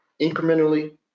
Incrementally